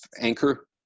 anchor